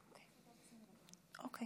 גברתי